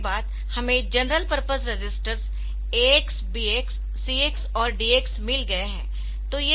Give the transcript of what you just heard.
उसके बाद हमें general purpose registers AX BX CX और DX मिल गए है